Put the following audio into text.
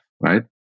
right